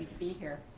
be here.